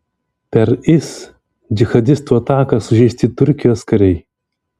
per is džihadistų ataką sužeisti turkijos kariai